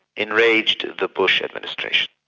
enraged the bush administration,